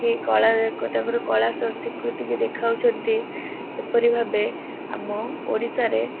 କିଏ କଳା ତାଙ୍କର କଳା ସ୍ୱୀକୃତିକୁ ଦେଖାଉଛନ୍ତି ସେପରି ଭାବେ ଆମ ଓଡ଼ିଶାରେ